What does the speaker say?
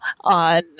on